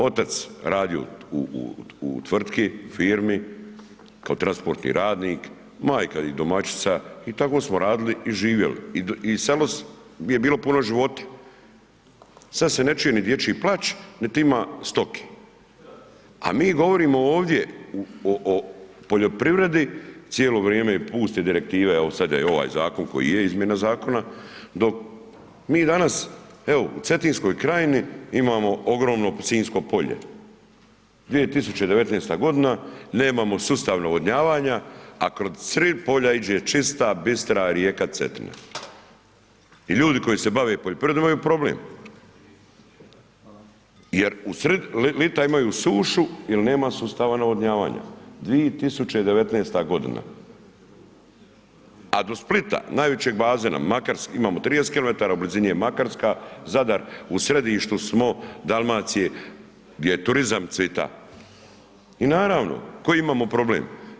Otac radio u tvrtki, firmi kao transportni radnik, majka i domaćica i tako smo radili i živjeli i samo mi je bilo puno života, sad se ne čuje ni dječji plač, niti ima stoke, a mi govorimo ovdje o poljoprivredi cijelo vrijeme i puste Direktive, evo sada je ovaj zakon koji je, izmjene zakona, dok mi danas, evo u Cetinskoj krajini imamo ogromno sinjsko polje, 2019.g. nemamo sustav navodnjavanja, a kroz srid polja iđe čista, bistra rijeka Cetina i ljudi koji se bave poljoprivredom imaju problem jer u srid lita imaju sušu jel nema sustava navodnjavanja 2019.g., a do Splita, najvećeg bazena imamo 30 km, u blizini je Makarska, Zadar, u središtu smo Dalmacije gdje turizam cvita i naravno koji imamo problem?